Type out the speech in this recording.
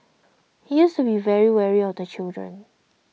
he used to be very wary of the children